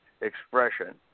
expression